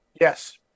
Yes